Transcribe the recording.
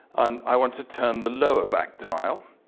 and i want to turn the lower back dial.